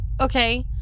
Okay